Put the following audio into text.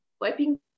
wiping